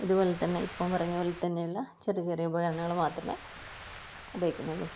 ഇതുപോലെതന്നെ ഇപ്പം പറഞ്ഞപോലെതന്നെയുള്ള ചെറിയ ചെറിയ ഉപകരണങ്ങൾ മാത്രമെ ഉപയോഗിക്കുന്നുള്ളു